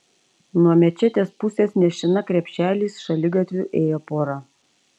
nuo mečetės pusės nešina krepšeliais šaligatviu ėjo pora